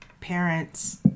parents